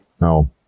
No